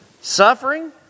Suffering